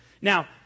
Now